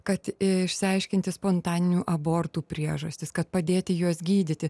kad išsiaiškinti spontaninių abortų priežastis kad padėti juos gydyti